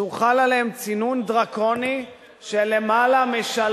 שהוחל עליהם צינון דרקוני של יותר משלוש שנים.